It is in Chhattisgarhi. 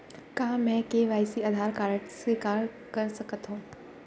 का मैं के.वाई.सी आधार कारड से कर सकत हो?